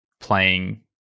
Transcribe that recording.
playing